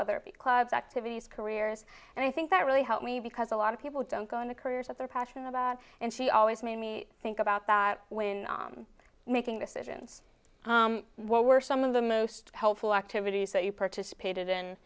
whether the clubs activities careers and i think that really helped me because a lot of people don't go into careers that they're passionate about and she always made me think about that when om making decisions what were some of the most helpful activities that you participated in